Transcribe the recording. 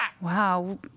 Wow